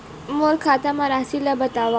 मोर खाता म राशि ल बताओ?